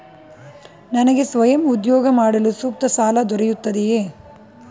ನನಗೆ ಸ್ವಯಂ ಉದ್ಯೋಗ ಮಾಡಲು ಸೂಕ್ತ ಸಾಲ ದೊರೆಯುತ್ತದೆಯೇ?